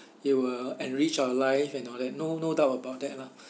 it will enrich our life and all that no no doubt about that lah